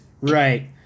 right